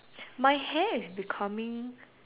my hair is becoming